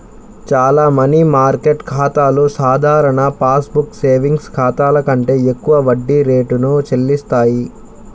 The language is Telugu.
చాలా మనీ మార్కెట్ ఖాతాలు సాధారణ పాస్ బుక్ సేవింగ్స్ ఖాతాల కంటే ఎక్కువ వడ్డీ రేటును చెల్లిస్తాయి